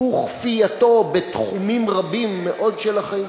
וכפייתו בתחומים רבים מאוד של החיים,